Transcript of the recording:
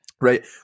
right